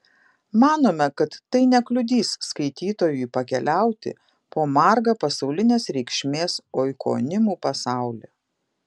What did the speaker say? manome kad tai nekliudys skaitytojui pakeliauti po margą pasaulinės reikšmės oikonimų pasaulį